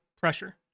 pressure